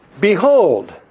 Behold